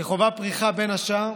היא חווה פריחה, בין השאר,